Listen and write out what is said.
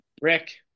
Rick